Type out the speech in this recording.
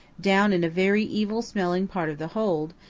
down in a very evil-smelling part of the hold,